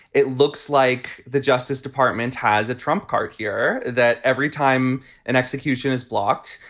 it looks like the justice department has a trump card here that every time an execution is blocked.